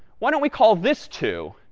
why don't we call this two?